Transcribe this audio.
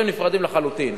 אלה שני דברים נפרדים לחלוטין.